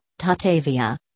tatavia